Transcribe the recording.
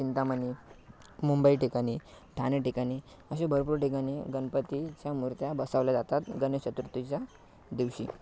चिंतामणी मुंबई ठिकाणी ठाणे ठिकाणी असे भरपूर ठिकाणी गणपतीच्या मूर्त्या बसवल्या जातात गणेश चतुर्थीच्या दिवशी